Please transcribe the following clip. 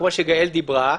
כמו שגאל דיברה,